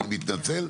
אני מתנצל.